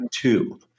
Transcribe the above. two